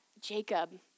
Jacob